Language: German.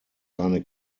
seine